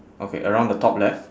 okay around the top left